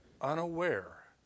unaware